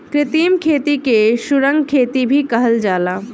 कृत्रिम खेती के सुरंग खेती भी कहल जाला